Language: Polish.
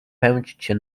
pędźcie